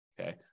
Okay